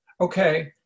okay